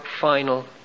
final